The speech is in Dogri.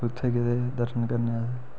उत्थें गेदे हे दर्शन करने गी अस